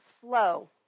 slow